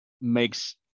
makes